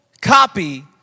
copy